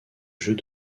jeux